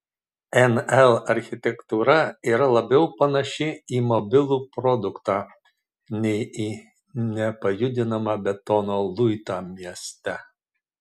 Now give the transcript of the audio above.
nl architektūra yra labiau panaši į mobilų produktą nei į nepajudinamą betono luitą mieste